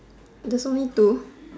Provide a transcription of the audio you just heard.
there's only two